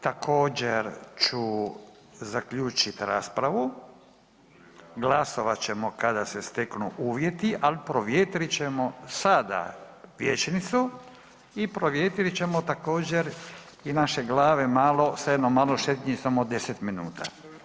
Također ću zaključit raspravu, glasovat ćemo kada se steknu uvjeti, ali provjetrit ćemo sada vijećnicu i provjetrit ćemo također i naše glave malo sa jednom malom šetnjicom od 10 minuta.